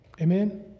Amen